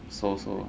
so so